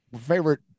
favorite